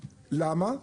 למה?